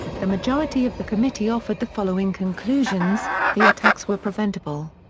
the majority of the committee offered the following conclusions the attacks were preventable.